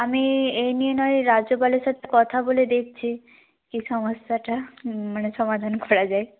আমি এই নিয়ে নয় রাজ্যপালের সাথে কথা বলে দেখছি কী সমস্যাটা মানে সমাধান করা যায়